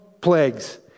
plagues